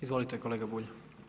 Izvolite kolega Bulj.